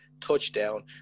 touchdown